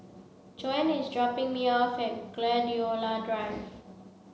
Joan is dropping me off at Gladiola Drive